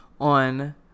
on